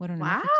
Wow